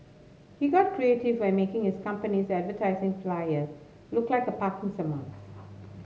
he got creative I making his company's advertising flyer look like a parking summons